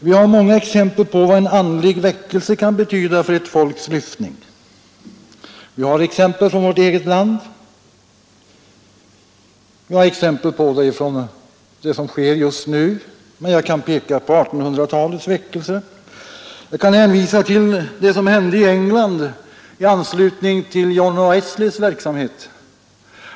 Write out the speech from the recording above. Vi har många exempel på vad en andlig väckelse kan betyda för ett folks lyftning. Vi har exempel från vårt eget land och i det som sker just nu, men jag kan också peka på 1800-talets väckelser, och jag kan hänvisa till vad som hände i England i anslutning till John Wesleys verksamhet.